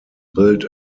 built